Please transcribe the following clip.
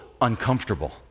uncomfortable